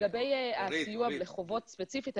לגבי הסיוע לחובות ספציפית,